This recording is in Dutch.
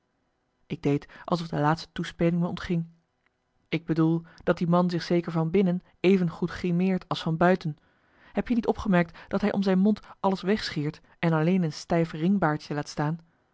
ik deed alsof de laatste toespeling me ontging ik bedoel dat die man zich zeker van binnen even goed grimeert als van buiten heb je niet opgemerkt dat hij om zijn mond alles wegscheert en alleen een stijf ringbaardje laat staan